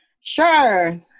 Sure